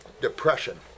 Depression